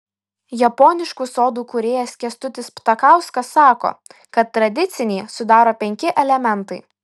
japoniškų sodų kūrėjas kęstutis ptakauskas sako kad tradicinį sudaro penki elementai